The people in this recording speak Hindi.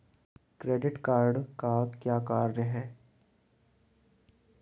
क्रेडिट कार्ड का क्या कार्य है?